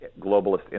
globalist